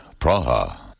Praha